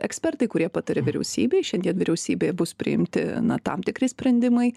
ekspertai kurie pataria vyriausybei šiandien vyriausybėj bus priimti tam tikri sprendimai